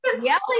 yelling